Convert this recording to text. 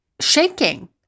shaking